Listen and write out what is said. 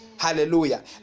Hallelujah